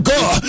God